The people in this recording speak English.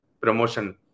promotion